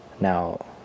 now